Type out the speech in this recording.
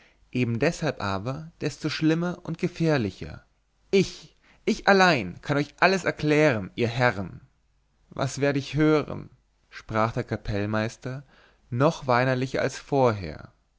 eben deshalb aber desto schlimmer und gefährlicher ich ich allein kann euch alles erklären ihr herren was werd ich hören sprach der kapellmeister noch weinerlicher als vorher